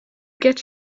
get